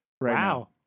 Wow